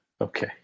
Okay